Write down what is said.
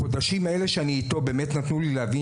החודשים האלה שאני איתו באמת נתנו לי להבין